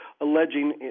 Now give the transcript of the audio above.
alleging